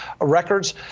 records